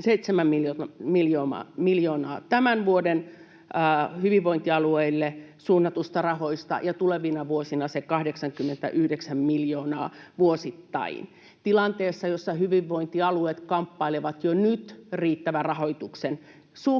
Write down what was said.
7 miljoonaa hyvinvointialueille tälle vuodelle suunnatuista rahoista ja tulevina vuosina 89 miljoonaa vuosittain tilanteessa, jossa hyvinvointialueet kamppailevat jo nyt riittävän rahoituksen